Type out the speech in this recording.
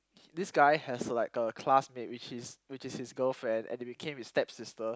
this guy has like a classmate which is which is his girlfriend and she become his stepsister